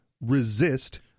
resist—